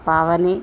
Pavani